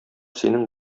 синең